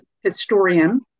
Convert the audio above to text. historian